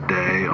day